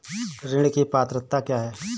ऋण की पात्रता क्या है?